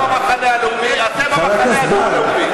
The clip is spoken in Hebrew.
אנחנו המחנה הלאומי, אתם המחנה הדו-לאומי.